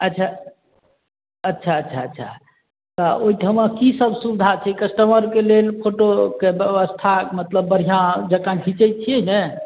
अच्छा अच्छा अच्छा अच्छा तऽ ओहिठाम कि सब सुविधा छै कस्टमरके लेल फोटोके बेबस्था मतलब बढ़िआँ जकाँ घिचै छिए ने